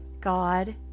God